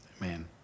man